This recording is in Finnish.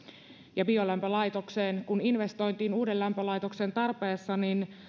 kun biolämpölaitokseen investoitiin uuden lämpölaitoksen tarpeessa